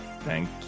Thank